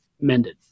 mended